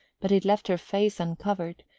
but it left her face uncovered,